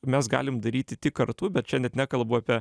mes galim daryti tik kartu bet čia net nekalbu apie